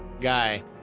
guy